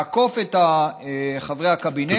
לעקוף את חברי הקבינט,